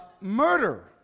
murder